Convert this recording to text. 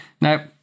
Now